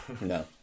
No